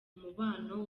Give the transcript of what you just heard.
umubano